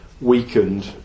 weakened